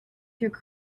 through